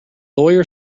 lawyer